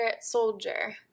soldier